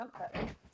Okay